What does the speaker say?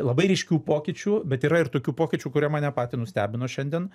labai ryškių pokyčių bet yra ir tokių pokyčių kurie mane patį nustebino šiandien